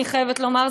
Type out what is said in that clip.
אני חייבת לומר,